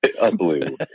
Unbelievable